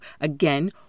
again